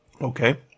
okay